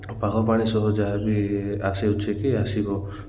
ପାଗ ପାଣି ସହ ଯାହା ବି ଆସିଅଛି କି ଆସିବ